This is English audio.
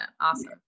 Awesome